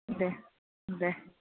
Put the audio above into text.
दे दे